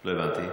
לא הבנתי.